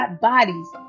bodies